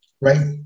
right